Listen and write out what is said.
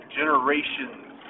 generations